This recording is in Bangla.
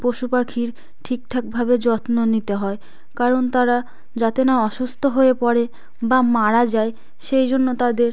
পশু পাখির ঠিকঠাকভাবে যত্ন নিতে হয় কারণ তারা যাতে না অসুস্থ হয়ে পড়ে বা মারা যায় সেই জন্য তাদের